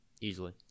easily